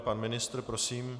Pan ministr, prosím.